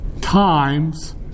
times